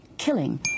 Killing